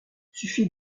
suffit